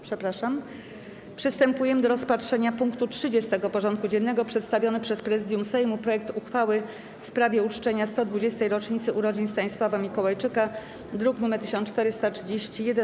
Przystępujemy do rozpatrzenia punktu 30. porządku dziennego: Przedstawiony przez Prezydium Sejmu projekt uchwały w sprawie uczczenia 120. rocznicy urodzin Stanisława Mikołajczyka (druk nr 1431)